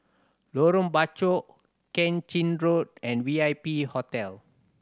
Lorong Bachok Keng Chin Road and V I P Hotel